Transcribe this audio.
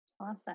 Awesome